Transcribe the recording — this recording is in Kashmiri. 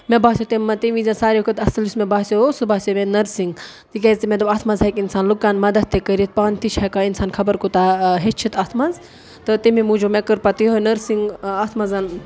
مےٚ باسیو تَمہِ وِزِ ٲس ساروے کھۄتہٕ اَصٕل یُس مےٚ باسیو اوس سُہ باسیو مےٚ نٔرسِنٛگ تِکیٛازِ تہِ مےٚ دوٚپ اَتھ منٛز ہٮ۪کہِ اِنسان لُکن مدتھ تہِ کٔرِتھ پانہٕ تہِ چھِ ہٮ۪کان اِنسان خبر کوٗتاہ ہیٚچِتھ اَتھ منٛز تہٕ تَمی موٗجوٗب مےٚ کٔر پتہٕ یِہوٚے نٔرسِنٛگ اَتھ منٛز